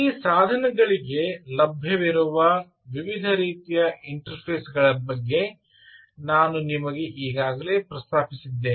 ಈ ಸಾಧನಗಳಿಗೆ ಲಭ್ಯವಿರುವ ವಿವಿಧ ರೀತಿಯ ಇಂಟರ್ಫೇಸ್ಗಳ ಬಗ್ಗೆ ನಾನು ನಿಮಗೆ ಪ್ರಸ್ತಾಪಿಸಿದ್ದೇನೆ